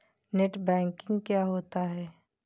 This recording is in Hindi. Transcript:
नेट बैंकिंग क्या होता है?